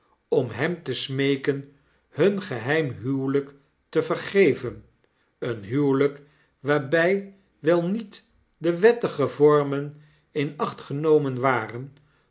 om hem te smeeken hun geheim huwelyk te vergeven een huwelyk waarbjj wel niet dewettige vormen in acht genomen waren